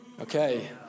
Okay